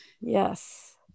Yes